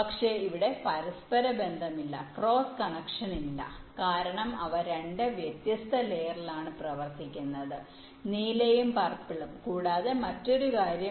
പക്ഷേ ഇവിടെ പരസ്പരബന്ധമില്ല ക്രോസ് കണക്ഷനില്ല കാരണം അവ രണ്ട് വ്യത്യസ്ത ലയേറിൽ ആണ് പ്രവർത്തിക്കുന്നത് നീലയും പർപ്പിളും കൂടാതെ മറ്റൊരു കാര്യം